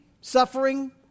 suffering